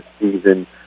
season